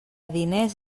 diners